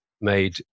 made